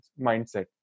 mindset